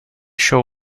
show